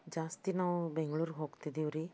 ಜಾಸ್ತಿ ನಾವು ಬೆಂಗ್ಳೂರಿಗೆ ಹೋಗ್ತದ್ದೀವ್ರಿ